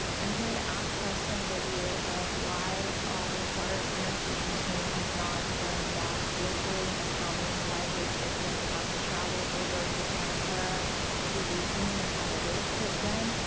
i'm here to ask questions of you of why our sart nursing team has not been back locally in the county. why rape victims have to travel over to santa clara to be seen and have a rape kit done.